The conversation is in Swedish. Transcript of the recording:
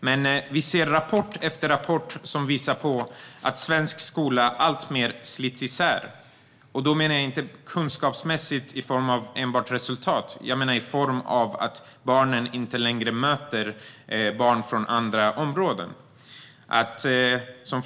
Men rapport efter rapport visar att svensk skola alltmer slits isär - inte bara kunskapsmässigt i form av resultat utan genom att barnen inte längre möter barn från andra områden.